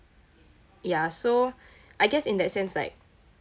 ya so I guess in that sense like